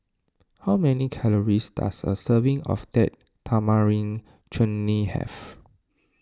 how many calories does a serving of Date Tamarind Chutney have